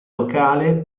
locale